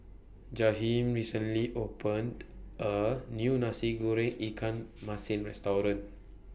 Jaheem recently opened A New Nasi Goreng Ikan Masin Restaurant